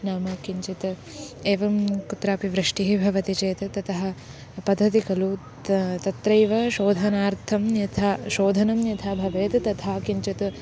नाम किञ्चित् एवं कुत्रापि वृष्टिः भवति चेत् ततः पतति खलु त् तत्रैव शोधनार्थं यथा शोधनं यथा भवेत् तथा किञ्चित्